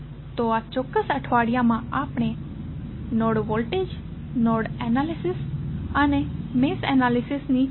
તો આ ચોક્કસ અઠવાડિયામાં આપણે નોડ વોલ્ટેજ નોડલ એનાલિસિસ અને મેશ એનાલિસિસની ચર્ચા કરી